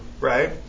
right